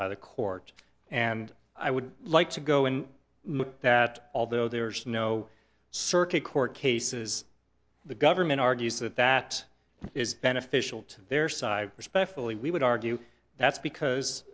by the court and i would like to go in that although there's no circuit court cases the government argues that that is beneficial to their side especially we would argue that's because